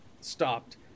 stopped